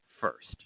first